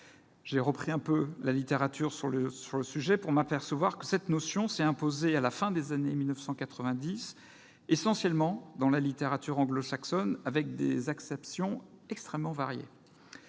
J'ai repris la littérature sur le sujet et me suis aperçu que cette notion s'est imposée à la fin des années quatre-vingt-dix, essentiellement dans la littérature anglo-saxonne, avec des acceptions extrêmement variées.